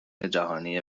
جهانی